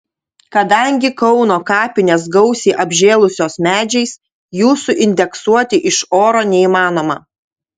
kadangi kauno kapinės gausiai apžėlusios medžiais jų suindeksuoti iš oro neįmanoma